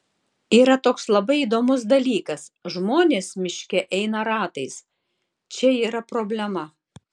yra toks labai įdomus dalykas žmonės miške eina ratais čia yra problema